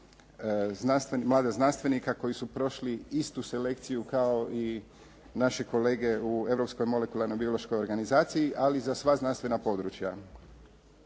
mlada znanstvenika koji su prošli istu selekciju kao i naši kolege u europskoj molekularnoj biološkoj organizaciji, ali za sva znanstvena područja.